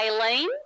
Aileen